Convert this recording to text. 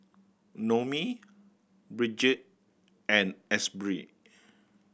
Noemie Bridget and Asbury